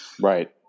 Right